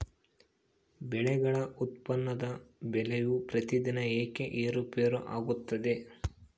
ಬೆಳೆಗಳ ಉತ್ಪನ್ನದ ಬೆಲೆಯು ಪ್ರತಿದಿನ ಏಕೆ ಏರುಪೇರು ಆಗುತ್ತದೆ?